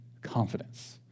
confidence